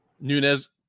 Nunez